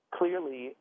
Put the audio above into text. clearly